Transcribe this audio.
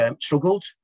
struggled